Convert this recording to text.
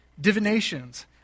divinations